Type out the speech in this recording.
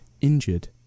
injured